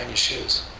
shoes.